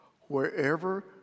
wherever